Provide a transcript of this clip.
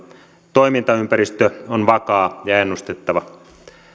toimintaympäristö on vakaa ja ennustettava